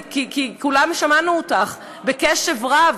כי כולנו שמענו אותך בקשב רב,